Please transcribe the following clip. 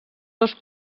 dos